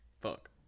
Fuck